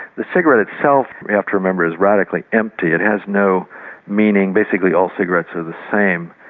the cigarette itself, you have to remember, is radically empty it has no meaning basically all cigarettes are the same.